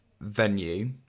venue